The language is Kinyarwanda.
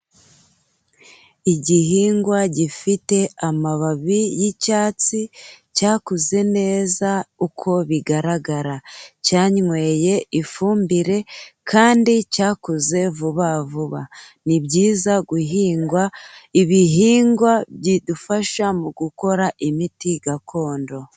Igihingwa gifite amababi y'icyatsi cyakuze neza uko bigaragara, cyanyweye ifumbire kandi cyakuze vuba vuba. Ni byiza guhingwa ibihingwa bidufasha mu gukora imiti gakondo.